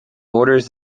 borders